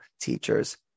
teachers